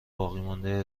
باقیمانده